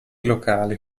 locali